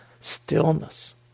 stillness